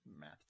math